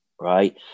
Right